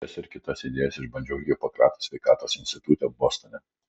šias ir kitas idėjas išbandžiau hipokrato sveikatos institute bostone